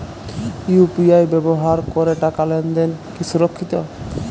UPI ব্যবহার করে টাকা লেনদেন কি সুরক্ষিত?